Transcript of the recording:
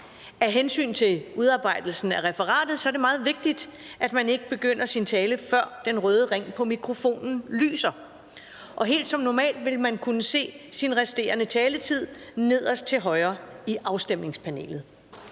Af hensyn til udarbejdelsen af referatet er det meget vigtigt, at man ikke begynder at tale, før den røde ring på ens mikrofon lyser. Man vil som normalt kunne se den resterende taletid nederst til højre i afstemningspanelet.